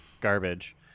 garbage